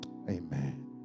Amen